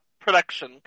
production